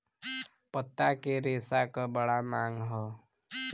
पत्ता के रेशा क बड़ा मांग हौ